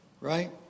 right